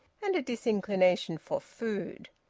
and a disinclination for food.